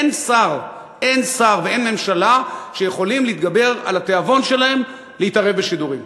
אין שר ואין ממשלה שיכולים להתגבר על התיאבון שלהם להתערב בשידורים.